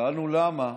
שאלנו למה,